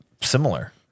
similar